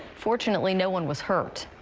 fortunately, no one was hurt.